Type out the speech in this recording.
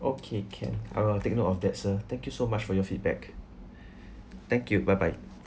okay can I will take note of that sir thank you so much for your feedback thank you bye bye